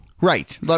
Right